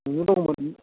नोंबो दंमोन